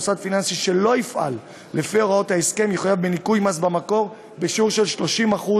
מוסד פיננסי שלא יפעל לפי הוראות ההסכם יחויב בניכוי במקור בשיעור 30%